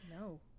No